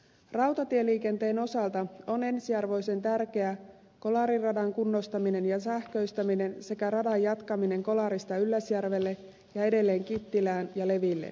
rautatieliikenteen osalta on ensiarvoisen tärkeää kolarin radan kunnostaminen ja sähköistäminen sekä radan jatkaminen kolarista ylläsjärvelle ja edelleen kittilään ja leville